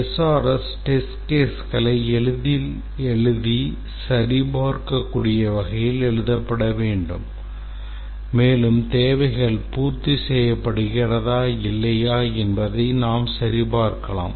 SRS test caseகளை எளிதில் எழுதி சரிபார்க்கக்கூடிய வகையில் எழுதப்பட வேண்டும் மேலும் தேவைகள் பூர்த்தி செய்யப்படுகிறதா இல்லையா என்பதை நாம் சரிபார்க்கலாம்